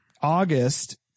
August